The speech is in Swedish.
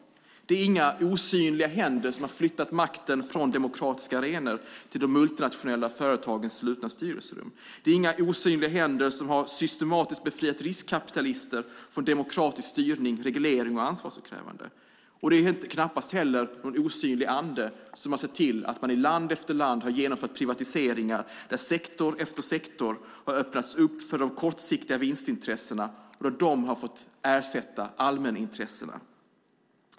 Det är inga osynliga händer som flyttat makten från demokratiska arenor till de multinationella företagens slutna styrelserum. Det är inga osynliga händer som systematiskt befriat riskkapitalister från demokratisk styrning, reglering och ansvarsutkrävande. Och det är knappast heller någon osynlig ande som sett till att man i land efter land genomfört privatiseringar där sektor efter sektor öppnats upp för de kortsiktiga vinstintressena som fått ersätta allmänintressena.